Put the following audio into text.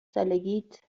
سالگیت